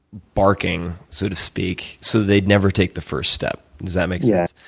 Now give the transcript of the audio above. barking, so to speak, so they never take the first step. does that make sense?